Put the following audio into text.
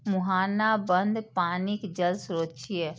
मुहाना बंद पानिक जल स्रोत छियै